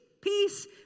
peace